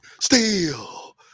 steal